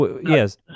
Yes